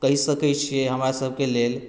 कहि सकै छी हमरा सभकेँ लेल